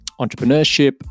entrepreneurship